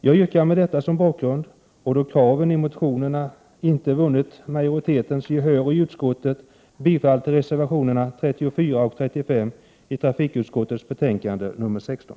Jag yrkar med detta som bakgrund, och då kraven i motionerna inte vunnit majoritetens gehör i utskottet, bifall till reservationerna 34 och 35 i trafikutskottets betänkande nr 16.